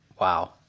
Wow